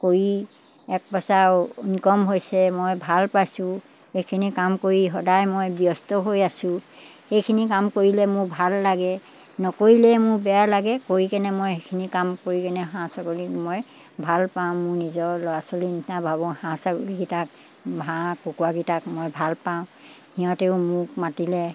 কৰি এক পাইচা ইনকম হৈছে মই ভাল পাইছোঁ সেইখিনি কাম কৰি সদায় মই ব্যস্ত হৈ আছো সেইখিনি কাম কৰিলে মোৰ ভাল লাগে নকৰিলেই মোৰ বেয়া লাগে কৰি কেনে মই সেইখিনি কাম কৰি কেনে হাঁহ ছাগলীক মই ভালপাওঁ মোৰ নিজৰ ল'ৰা ছোৱালী নিচিনা ভাবোঁ হাঁহ ছাগলীকেইটাক হাঁহ কুকুৰাকেইটাক মই ভালপাওঁ সিহঁতেও মোক মাতিলে